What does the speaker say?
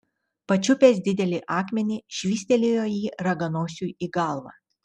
pačiupęs didelį akmenį švystelėjo jį raganosiui į galvą